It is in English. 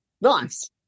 Nice